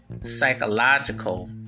psychological